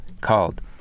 called